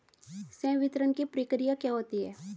संवितरण की प्रक्रिया क्या होती है?